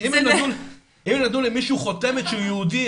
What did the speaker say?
אם נתנו למישהו חותמת של יהודי,